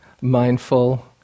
mindful